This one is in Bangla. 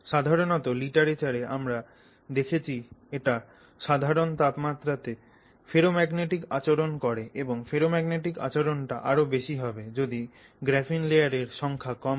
সাধারণত লিটারেচারে আমরা দেখেছি এটা সাধারন তাপমাত্রাতে ফেরোম্যাগনেটিক আচরণ করে এবং ফেরোম্যাগনেটিক আচরণটা আরও বেশি হবে যদি গ্রাফিন লেয়ারের সংখ্যা কম হয়